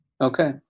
Okay